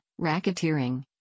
racketeering